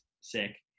Sick